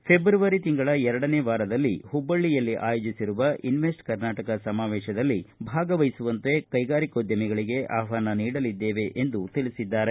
February ತಿಂಗಳ ಎರಡನೇ ವಾರದಲ್ಲಿ ಹುಬ್ಬಳ್ಳಿಯಲ್ಲಿ ಆಯೋಜಿಸಿರುವ ಇನ್ಮೆಟ್ಟೆ ಕರ್ನಾಟಕ ಸಮಾವೇಶದಲ್ಲಿ ಭಾಗವಹಿಸುವಂತೆ ಕೈಗಾರಿಕೋದ್ಯಮಿಗಳಿಗೆ ಆಹ್ವಾನ ನೀಡಲಿದ್ದೇವೆ ಎಂದು ತಿಳಿಸಿದ್ದಾರೆ